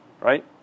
right